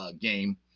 game